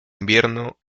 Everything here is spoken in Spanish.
invierno